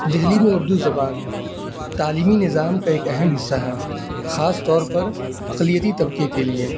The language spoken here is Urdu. دہلی میں اردو زبان تعلیمی نظام کا ایک اہم حصہ ہے خاص طور پر اقلیتی طبقے کے لیے